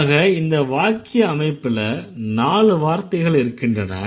ஆக இந்த வாக்கிய அமைப்புல 4 வார்த்தைகள் இருக்கின்றன